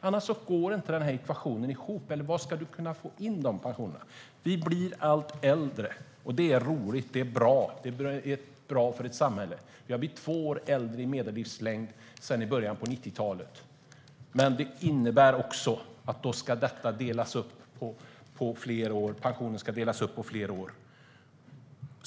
Annars går inte ekvationen ihop. Eller var ska du kunna få in dessa pensioner? Vi blir allt äldre. Det är roligt, och det är bra. Det är bra för ett samhälle. Vi har blivit två år äldre i medellivslängd sedan början av 90-talet. Men det innebär också att pensionen ska delas upp på fler år.